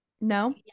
No